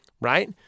right